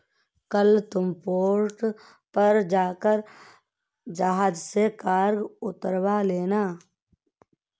कल तुम पोर्ट पर जाकर जहाज से कार्गो उतरवा लेना